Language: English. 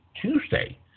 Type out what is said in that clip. Tuesday